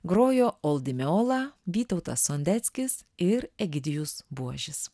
grojo ol di meola vytautas sondeckis ir egidijus buožis